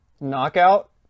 Knockout